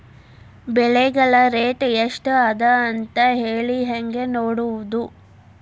ಬೆಳೆಗಳ ರೇಟ್ ಎಷ್ಟ ಅದ ಅಂತ ಹೇಳಿ ಹೆಂಗ್ ನೋಡುವುದು?